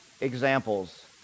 examples